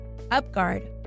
UpGuard